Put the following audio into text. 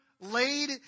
laid